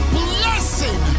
blessing